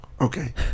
Okay